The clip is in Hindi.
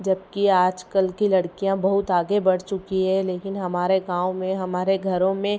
जबकि आजकल की लड़कियाँ बहुत आगे बढ़ चुकी हैं लेकिन हमारे गाँव में हमारे घरों में